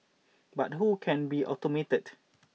but who can be automated